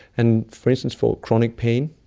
and for instance, for chronic pain,